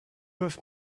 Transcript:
have